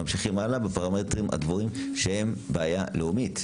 ממשיכים הלאה בפרמטרים הגבוהים שהם בעיה לאומית.